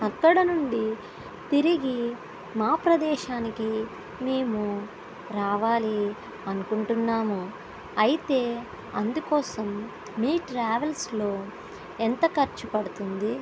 అక్కడ నుండి తిరిగి మా ప్రదేశానికి మేము రావాలి అనుకుంటున్నాము అయితే అందుకోసం మీ ట్రావెల్స్లో ఎంత ఖర్చు పడుతుంది